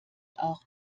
auch